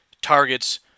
targets